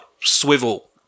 swivel